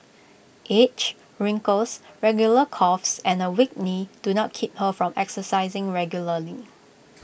age wrinkles regular coughs and A weak knee do not keep her from exercising regularly